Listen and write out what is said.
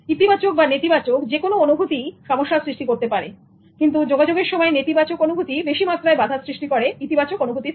ইতিবাচক বা নেতিবাচক যে কোন অনুভূতি সমস্যা সৃষ্টি করতে পারে কিন্তু যোগাযোগের সময়ে নেতিবাচক অনুভূতি বেশি মাত্রায় বাধার সৃষ্টি করে ইতিবাচক অনুভূতির থেকে